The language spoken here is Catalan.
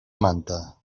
manta